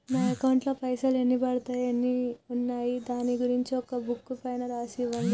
నా అకౌంట్ లో పైసలు ఎన్ని పడ్డాయి ఎన్ని ఉన్నాయో దాని గురించి ఒక బుక్కు పైన రాసి ఇవ్వండి?